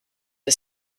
the